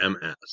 MS